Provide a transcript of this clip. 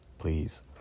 please